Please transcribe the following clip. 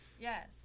Yes